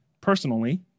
personally